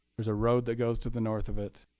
there's a road that goes to the north of it.